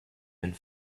and